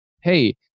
Hey